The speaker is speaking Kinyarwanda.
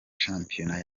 shampiyona